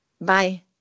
bye